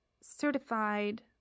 certified